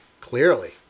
Clearly